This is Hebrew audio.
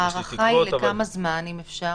יש לי תקוות -- לכמה זמן ההארכה?